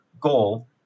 goal